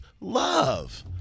love